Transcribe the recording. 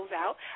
out